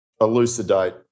elucidate